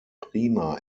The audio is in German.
prima